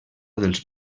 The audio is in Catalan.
dels